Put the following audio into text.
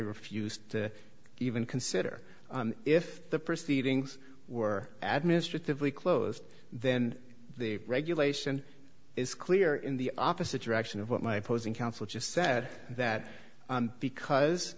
refused to even consider if the proceedings were administratively closed then the regulation is clear in the opposite direction of what my opposing counsel just said that because